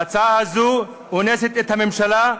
ההצעה הזאת אונסת את הממשלה,